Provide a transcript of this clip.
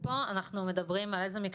האם נעשית עבודה מבחינת המשרד?